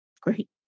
great